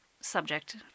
subject